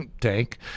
tank